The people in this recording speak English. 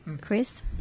chris